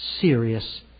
serious